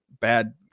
bad